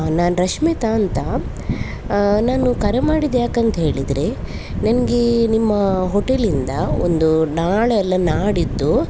ನಾನು ರಶ್ಮಿತಾ ಅಂತ ನಾನು ಕರೆ ಮಾಡಿದ್ದು ಯಾಕಂತ ಹೇಳಿದರೆ ನನಗೆ ನಿಮ್ಮ ಹೋಟೆಲಿಂದ ಒಂದು ನಾಳೆ ಅಲ್ಲ ನಾಡಿದ್ದು